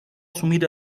asumir